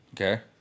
Okay